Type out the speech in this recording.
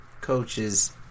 coaches